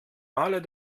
maler